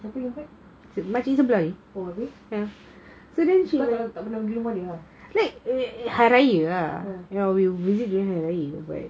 nak perlu impact oh habis kau tak pernah pergi rumah dia